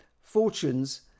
fortunes